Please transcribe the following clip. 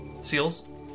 seals